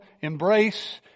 embrace